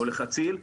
או לחציל,